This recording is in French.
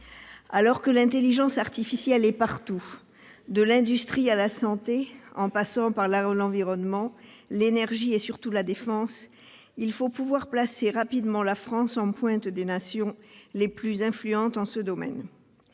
Alors que l'intelligence artificielle est partout, de l'industrie à la santé, en passant par l'environnement, l'énergie et surtout la défense, il faut pouvoir placer rapidement la France en pointe des nations les plus influentes en ce domaine.